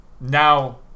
Now